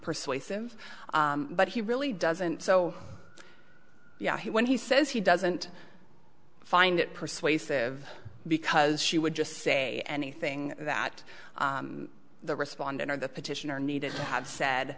persuasive but he really doesn't so yeah when he says he doesn't i find it persuasive because she would just say anything that the respondent or the petitioner needed to have said